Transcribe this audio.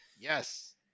Yes